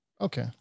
Okay